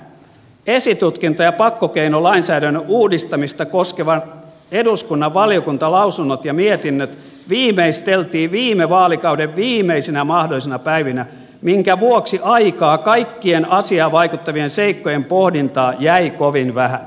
esitutkinta ja pakkokeinolainsäädännön uudistamista koskevat eduskunnan valiokuntalausunnot ja mietinnöt viimeisteltiin viime vaalikauden viimeisinä mahdollisina päivinä minkä vuoksi aikaa kaikkien asiaan vaikuttavien seikkojen pohdintaan jäi kovin vähän